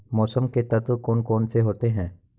मौसम के तत्व कौन कौन से होते हैं?